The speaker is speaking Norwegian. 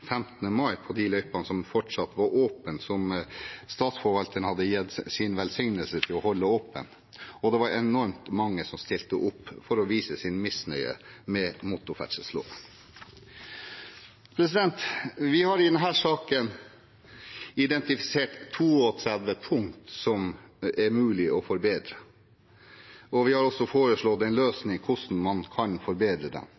mai på de løypene som fortsatt var åpne, som statsforvalteren hadde gitt sin velsignelse til å holde åpne. Det var enormt mange som stilte opp for å vise sin misnøye med motorferdselloven. Vi har i denne saken identifisert 32 punkter som det er mulig å forbedre. Vi har også foreslått en